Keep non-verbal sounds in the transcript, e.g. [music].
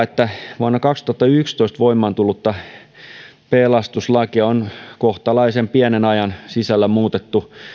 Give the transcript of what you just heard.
[unintelligible] että vuonna kaksituhattayksitoista voimaan tullutta pelastuslakia on kohtalaisen pienen ajan sisällä muutettu